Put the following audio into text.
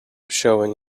showing